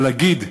אבל להגיד: